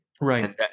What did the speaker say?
Right